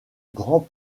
grand